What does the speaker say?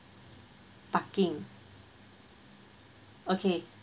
parking okay